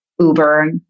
Uber